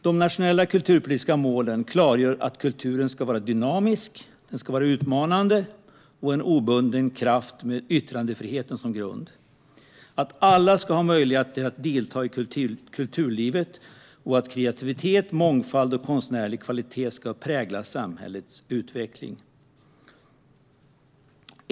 De nationella kulturpolitiska målen klargör att kulturen ska vara en dynamisk, utmanande och obunden kraft med yttrandefriheten som grund, att alla ska ha möjlighet att delta i kulturlivet och att kreativitet, mångfald och konstnärlig kvalitet ska prägla samhällets utveckling.